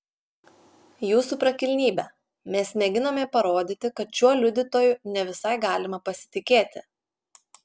jūsų prakilnybe mes mėginame parodyti kad šiuo liudytoju ne visai galima pasitikėti